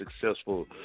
successful